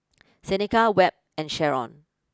Seneca Webb and Sherron